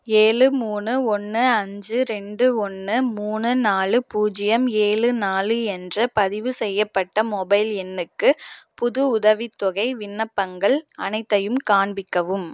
ஏழு மூணு ஒன்று அஞ்சு ரெண்டு ஒன்று மூணு நாலு பூஜ்ஜியம் ஏழு நாலு என்ற பதிவுசெய்யப்பட்ட மொபைல் எண்ணுக்கு புது உதவித்தொகை விண்ணப்பங்கள் அனைத்தையும் காண்பிக்கவும்